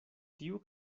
tiu